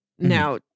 Now